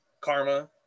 karma